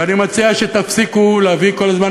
ואני מציע שתפסיקו להביא כל הזמן,